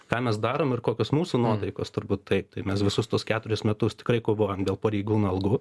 ką mes darom ir kokios mūsų nuotaikos turbūt taip tai mes visus tuos keturis metus tikrai kovojom dėl pareigūnų algų